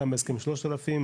גם בהסכם 3000,